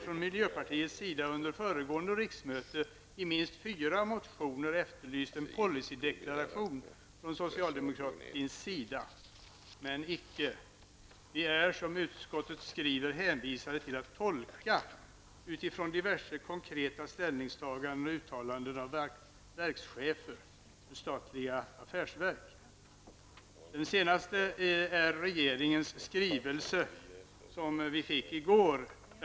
Från miljöpartiets sida har vi under föregående riksmöte i minst fyra motioner efterlyst en policydeklaration från socialdemokratins sida -- men icke. Vi är som utskottet skriver hänvisade till att tolka utifrån diverse konkreta ställningstaganden och uttaladen av verkschefer inom statliga affärsverk. Det senaste är regeringens skrivelse som vi fick i går.